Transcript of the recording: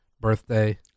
birthday